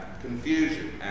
Confusion